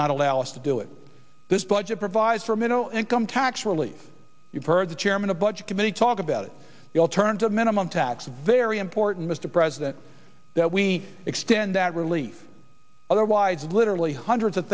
not allow us to do it this budget provides for middle income tax relief you've heard the chairman of budget committee talk about it the alternative minimum tax very important mr president that we extend that relief otherwise literally hundreds of